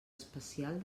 especial